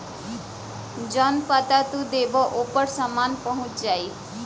जौन पता तू देबा ओपर सामान पहुंच जाई